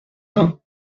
vingts